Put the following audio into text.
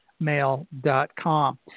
Mail.com